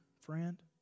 friend